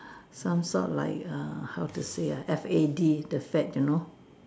some sort like err how to say ah F A D the fad you know